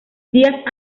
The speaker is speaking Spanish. días